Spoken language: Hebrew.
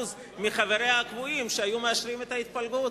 מחבריה הקבועים שהיו מאשרים את ההתפלגות?